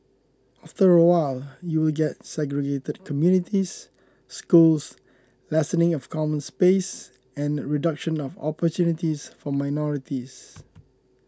after a while you will get segregated communities schools lessening of common space and reduction of opportunities for minorities